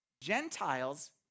Gentiles